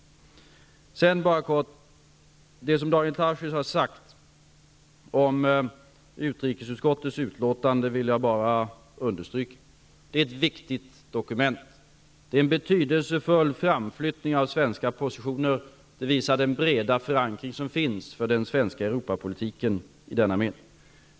Jag vill bara understryka det som Daniel Tarschys har sagt om utrikesutskottets betänkande. Det är ett viktigt dokument. Det innebär en betydelsefull framflyttning av svenska positioner. Det visar den breda förankring som finns för den svenska Europapolitiken.